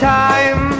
time